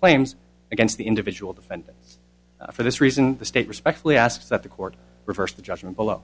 claims against the individual defendants for this reason the state respectfully asks that the court reversed the judgment below